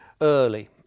early